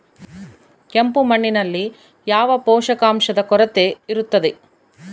ಕೆಂಪು ಮಣ್ಣಿನಲ್ಲಿ ಯಾವ ಪೋಷಕಾಂಶದ ಕೊರತೆ ಇರುತ್ತದೆ?